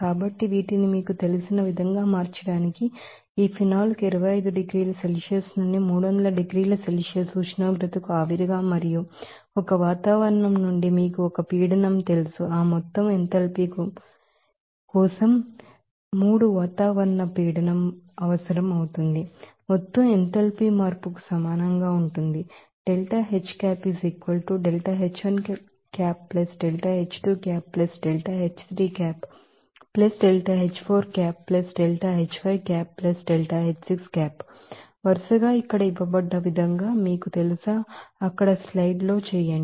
కాబట్టి వీటిని మీకు తెలిసినవిధంగా మార్చడానికి ఈ ఫినాల్ ను 25 డిగ్రీల సెల్సియస్ నుండి 300 డిగ్రీల సెల్సియస్ ఉష్ణోగ్రత కు ఆవిరి గా మరియు ఒక వాతావరణం నుండి మీకు ఒక ప్రెషర్తెలుసు ఆ మొత్తం ఎంథాల్పీ మొత్తం కోసం 3 ఆత్మోసుఫెరిక్ ప్రెషర్ అవసరం అవుతుంది మొత్తం ఎంథాల్పీ మార్పు కు సమానంగా ఉంటుంది వరసగా ఇక్కడ ఇవ్వబడ్డ విధంగా మీకు తెలుసా అక్కడ స్లైడ్ చేయండి